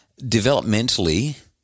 developmentally